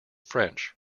french